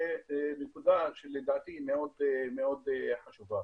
זו נקודה שלדעתי היא מאוד חשובה.